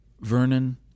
Vernon